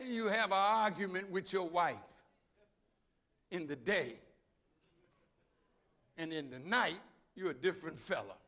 you have og human with your wife in the day and in the night you are different fella